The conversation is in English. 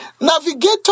Navigator